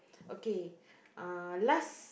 okay uh last